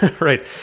right